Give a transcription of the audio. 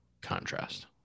contrast